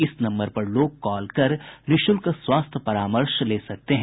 इस नम्बर पर लोग कॉल कर निःशुल्क स्वास्थ्य परामर्श ले सकते हैं